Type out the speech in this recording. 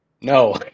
No